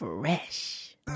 Fresh